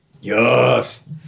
Yes